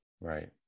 Right